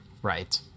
Right